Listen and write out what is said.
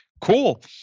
Cool